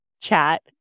chat